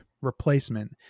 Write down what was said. replacement